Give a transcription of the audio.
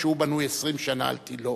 שהוא בנוי 20 שנה על תלו,